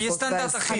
שיהיה סטנדרט אחיד.